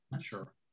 Sure